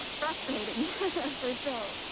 frustrating for sure.